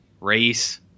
race